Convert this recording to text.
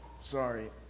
sorry